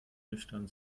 nüchtern